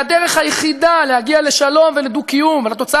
והדרך היחידה להגיע לשלום ולדו-קיום ולתוצאה